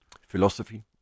philosophy